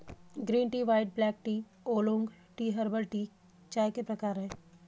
green tea white black tea oolong tea herbal tea चाय के प्रकार है